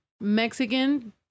Mexican